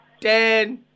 ten